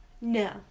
No